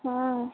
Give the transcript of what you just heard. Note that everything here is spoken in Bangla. হ্যাঁ